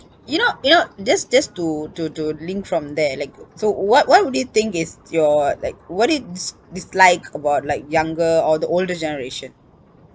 you know you know just just to to to link from there like so what what would you think it's your like what do you dis~ dislike about like younger or the older generation